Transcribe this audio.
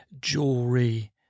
jewelry